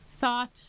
thought